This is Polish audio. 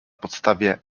podstawie